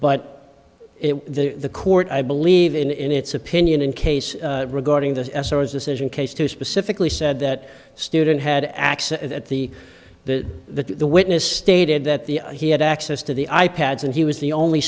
but it the the court i believe in in its opinion in case regarding the source decision case two specifically said that the student had access at the the the witness stated that the he had access to the i pads and he was the only